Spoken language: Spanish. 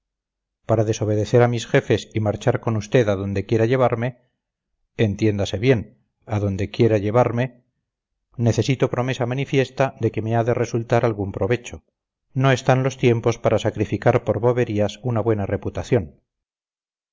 para desobedecer a mis jefes y marchar con usted a donde quiera llevarme entiéndase bien a donde quiera llevarme necesito promesa manifiesta de que me ha de resultar algún provecho no están los tiempos para sacrificar por boberías una buena reputación